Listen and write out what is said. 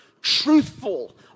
truthful